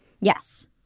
Yes